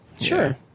Sure